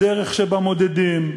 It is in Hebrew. בדרך שבה מודדים,